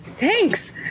Thanks